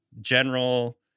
general